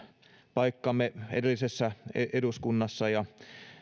paikkamme edellisessä eduskunnassa ja